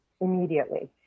immediately